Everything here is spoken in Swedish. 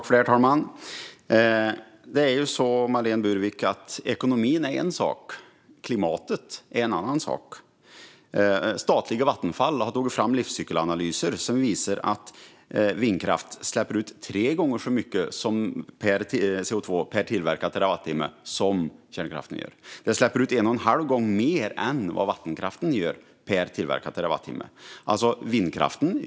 Herr talman! Ekonomin är en sak, klimatet en annan. Statliga Vattenfall har tagit fram livscykelanalyser som visar att vindkraft släpper ut tre gånger mer koldioxid per tillverkad terawattimme än kärnkraften och en och en halv gång mer koldioxid per tillverkad terawattimme än vattenkraften.